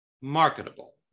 marketable